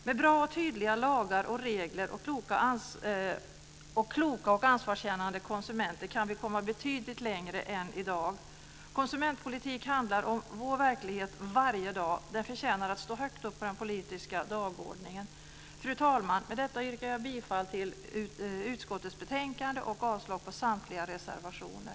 Med bra och tydliga lagar och regler och kloka och ansvarskännande konsumenter kan vi komma betydligt längre än i dag. Konsumentpolitik handlar om vår verklighet varje dag. Den förtjänar att stå högt upp på den politiska dagordningen. Fru talman! Med detta yrkar jag bifall till utskottets förslag i betänkandet och avslag på samtliga reservationer.